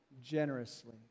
generously